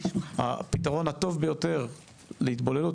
הפתרון הטוב ביותר להתבוללות,